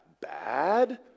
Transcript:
bad